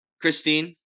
Christine